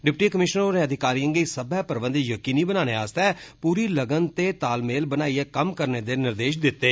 deputy commissioner होरें अधिकारिएं गी सब्बै प्रबंध यकीनी बनाने आस्तै पूरी लगन ते तालमेल बनाइयै कम्म करने दे निर्देश दिते